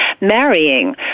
marrying